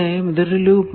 ഇതൊരു ലൂപ്പ് ആണ്